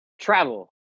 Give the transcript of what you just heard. travel